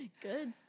good